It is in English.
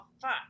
fuck